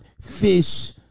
fish